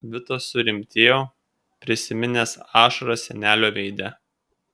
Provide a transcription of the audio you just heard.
vitas surimtėjo prisiminęs ašaras senelio veide